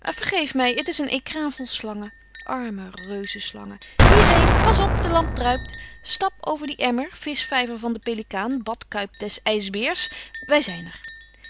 vergeef mij het is een ecrin vol slangen arme reuzeslangen hierheen pas op die lamp druipt stap over dien emmer vischvijver van den pelikaan badkuip des ijsbeers wij zijn er